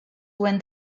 when